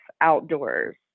outdoors